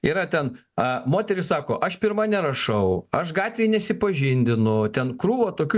yra ten moterys sako aš pirma nerašau aš gatvėj nesipažindinu ten krūva tokių